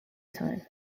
time